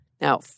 Now